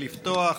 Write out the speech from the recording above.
לפתוח